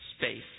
space